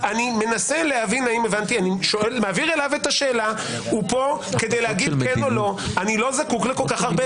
לא הבנתי, הוא לא יודע מה הוא כתב?